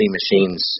machines